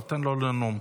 תן לו לנום.